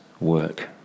work